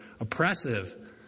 oppressive